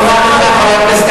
חבר הכנסת,